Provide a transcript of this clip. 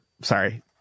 Sorry